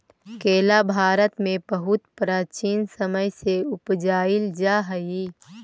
केला भारत में बहुत प्राचीन समय से उपजाईल जा हई